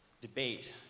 debate